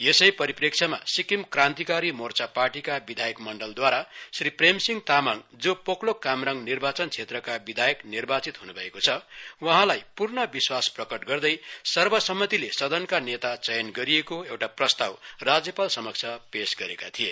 यसै परिप्रेक्ष्यमा सिक्किम क्रान्तिकारी मोर्चा पार्टीका विधायक मण्डलद्वारा श्री प्रेम सिंह तामाङ जो पोकलोक कामराङ निर्वाचन क्षेत्रका विधायक निर्वाचित हुनु भएका छ वहाँलाई पूर्ण विश्वास प्रकट गर्दै सर्वसम्मतिले सदनका नेता चयन गरिएको एउटा प्रस्ताव राज्यपाल समक्ष पेश गरेका थिए